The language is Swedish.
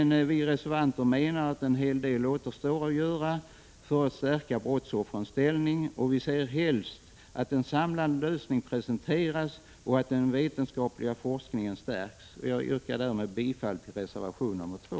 Vi reservanter menar att en hel del återstår att göra för att stärka brottsoffrens ställning. Vi ser helst att en samlad lösning presenteras och att den vetenskapliga forskningen stärks. Jag yrkar därmed bifall till reservation 2.